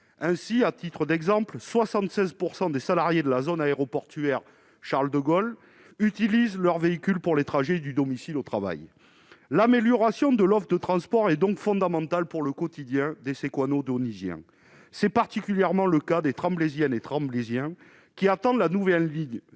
ainsi à titre d'exemple, 76 % des salariés de la zone aéroportuaire Charles-de-Gaulle utilisent leur véhicule pour les trajets du domicile au travail, l'amélioration de l'offre et de transport et donc fondamental pour le quotidien des ces quoi d'Niger c'est particulièrement le cas des Tremblaysiens les Tremblaysiens qui attendent la nouvelle ligne